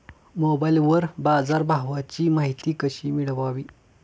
मोबाइलवर बाजारभावाची माहिती कशी मिळवावी?